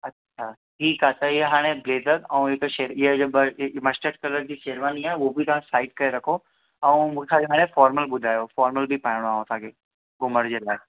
अछा ठीकु आहे त हीउ हाणे ब्लेज़र ऐं हिकु शेटीअ जो मस्टड कलर जी शेरवानी आहे हू बि तां साइड करे रखो ऐं मूंखां हाणे फॉरमल ॿुधायो असांखे फॉरमल बि पाइणो आहे असांखे घुमण जे लाइ